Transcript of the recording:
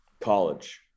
college